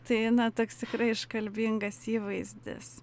tai na toks tikrai iškalbingas įvaizdis